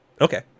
Okay